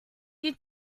you